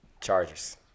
Chargers